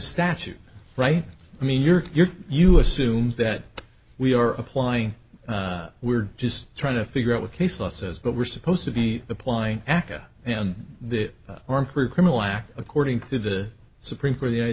statute right i mean you're you're you assume that we are applying we're just trying to figure out what case law says but we're supposed to be applying aca and or improve criminal act according to the supreme court the united